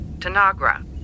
Tanagra